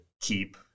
keep